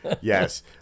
Yes